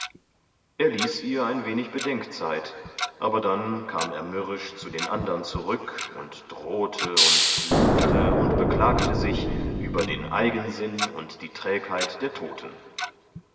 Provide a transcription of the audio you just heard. er ließ ihr ein wenig bedenkzeit aber dann kam er mürrisch zu den andern zurück und drohte und fluchte und beklagte sich uber den eigensinn und die trägheit der toten